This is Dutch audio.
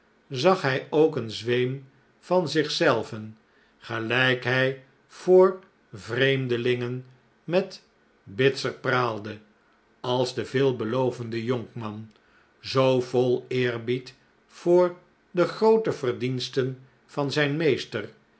zag hij ook een zweem van zich zelven gelijk hij voor vreemdelingen met bitzer praalde als de veelbelovende jonkman zoo vol eerbied voor de groote verdiensten van zijn meester